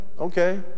okay